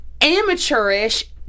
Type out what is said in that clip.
amateurish